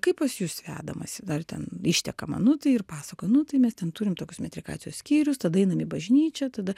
kaip pas jus vedamasi dar ten ištekama nu tai ir pasakoju nu tai mes ten turim tokius metrikacijos skyrius tada einam į bažnyčią tada